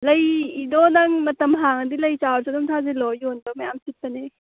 ꯂꯩꯗꯣ ꯅꯪ ꯃꯇꯝ ꯍꯥꯡꯉꯗꯤ ꯂꯩ ꯆꯥꯔꯁꯨ ꯑꯗꯨꯝ ꯊꯥꯖꯤꯜꯂꯣ ꯌꯣꯟꯕ ꯃꯌꯥꯝ ꯁꯤꯠꯄꯅꯦ